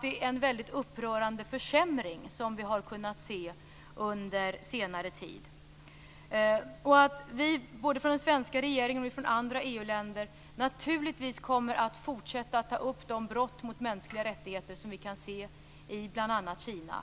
Det är en väldigt upprörande försämring som vi har kunnat se under senare tid. Både från den svenska regeringen och från andra EU-länder kommer vi naturligtvis att fortsätta ta upp de brott mot mänskliga rättigheter som vi kan se bl.a. i Kina.